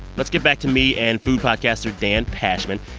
let's get back to me and food podcaster dan pashman.